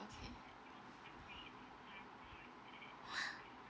okay